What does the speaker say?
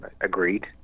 agreed